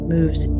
moves